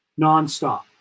nonstop